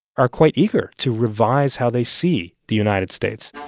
are quite eager to revise how they see the united states